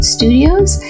Studios